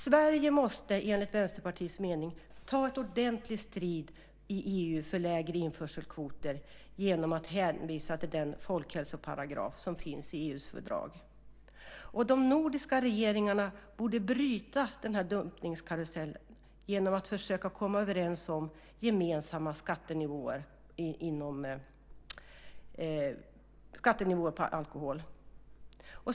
Sverige måste enligt Vänsterpartiets mening ta en ordentlig strid i EU för lägre införselkvoter genom att hänvisa till den folkhälsoparagraf som finns i EU:s fördrag. De nordiska regeringarna borde bryta dumpningskarusellen genom att försöka komma överens om gemensamma skattenivåer på alkohol.